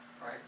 right